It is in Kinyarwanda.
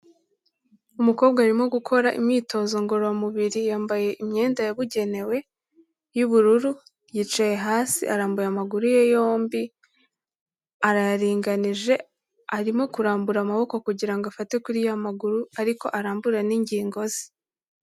Umukobwa arimo gukora imyitozo ngororamubiri yambaye imyenda yabugenewe, y'ubururu, yicaye hasi arambuye amaguru ye yombi, arayaringanije arimo kurambura amaboko kugira ngo afate kuri ya maguru, ariko arambura n'ingingo ze.